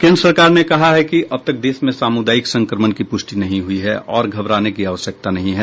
केंद्र सरकार ने कहा है कि अब तक देश में सामुदायिक संक्रमण की पुष्टि नहीं हुई है और घबराने की आवश्यकता नहीं है